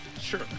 Sure